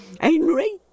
Henry